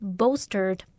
bolstered